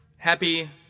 Happy